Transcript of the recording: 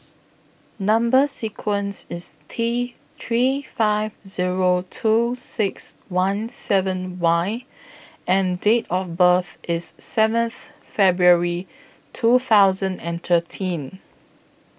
Number sequence IS T three five Zero two six one seven Y and Date of birth IS seventh February two thousand and thirteen